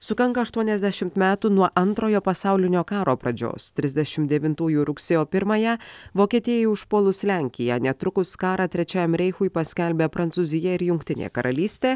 sukanka aštuoniasdešim metų nuo antrojo pasaulinio karo pradžios trisdešim devintųjų rugsėjo pirmąją vokietijai užpuolus lenkiją netrukus karą trečiajam reichui paskelbė prancūzija ir jungtinė karalystė